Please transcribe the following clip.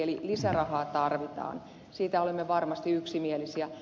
eli lisärahaa tarvitaan siitä olemme varmasti yksimielisiä